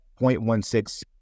0.16